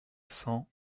cent